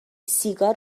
سیگار